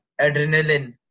adrenaline